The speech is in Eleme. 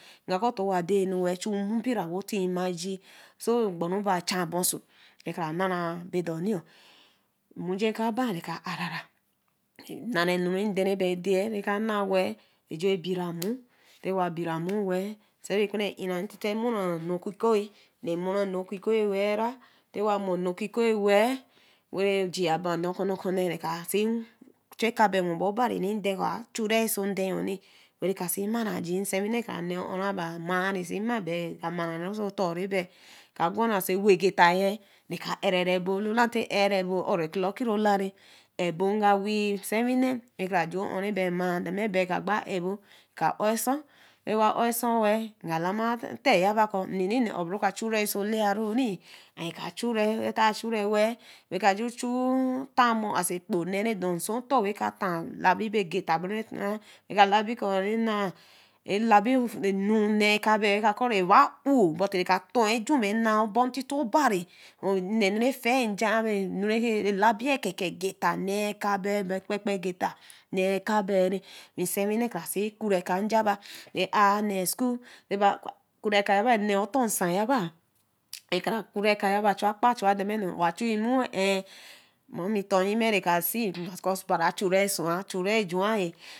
Nga kɔ̃ towa dae-nu wel chu mie bira we taamaji so ogbaru bo-oh bowee ɛcha boso we ka naha. bodomi mujii ɛka ba rekaaũr naranu ndeh rebi edae reka naah wel reju bira mu nti wa bira muu wel sa re kparah iktite we mora ehu oki kooh remora ẽnu oki kooh welra tlwa moral ɛnu oki kooh wel wo ojii a bah adah okunne okunne reka si chu ɛka-bari worbo bari reden kɔ̃ a chure so ɛden-yo we ka si marra jii we nsa wini kra neeh ũr raba mani we si mar we bi ka mar roso otor rebi ɛka gwa oso ɛro gita yii reka ɛ'ra ebo alola nti re-ebo-oh o'ro clocki ro lari aebo we ka wii sewinee we kra ju un rebi mar we de. mabi reka agba ebo ka orgõnh tiwa o'sonh wel nga lama ate yeba kɔ̃ nene a õo bro ka churi oso lai-h ayii ka churi we te a chui wel we ka ju otamoh as a ɛkponɛ nedorsiotor we ka tu labi be agita bro nou we ka labi kɔ̃ renaa rrlabe ɛnu neekabi we ka kɔ̃ reba õoh but reka toh ɛju be ɛnaah obortito obarẽ nnenu ɛfi-ɛh nja-ah be nu reke labii ɛkaka gita neekabi be kpenkpen gita nee kasi we nsawinee kara si kru-uwe ɛka nyaba yeneeh ɛkayaba chu akpa chu de manu yaba wa chu nmoo ɛɛh mummy tornyime reka si we ju kɔ̃ bari achuri soẽ achurẽ jũu